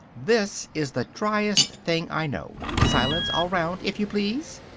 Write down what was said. this is the driest thing i know. silence all round, if you please!